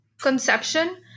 conception